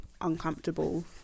uncomfortable